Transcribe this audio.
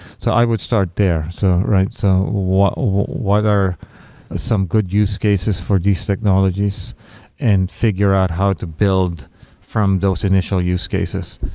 so i would start there. so so what what are some good use cases for these technologies and figure out how to build from those initial use cases.